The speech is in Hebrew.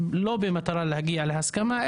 לא במטרה להגיע להסכמה,